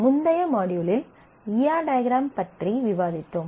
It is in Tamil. முந்தைய மாட்யூலில் ஈ ஆர் டயக்ராம் பற்றி விவாதித்தோம்